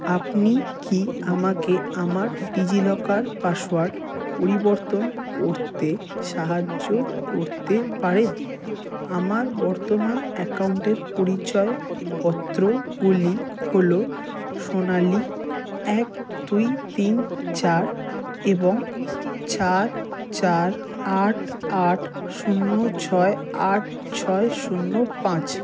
আপনি কি আমাকে আমার ডিজিলকার পাসওয়ার্ড পরিবর্তন করতে সাহায্য করতে পারেন আমার বর্তমান অ্যাকাউন্টের পরিচয়পত্রগুলি হলো সোনালী এক দুই তিন চার এবং চার চার আট আট শূন্য ছয় আট ছয় শূন্য পাঁচ